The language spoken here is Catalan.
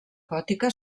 gòtica